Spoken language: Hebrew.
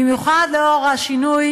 במיוחד לאור השינוי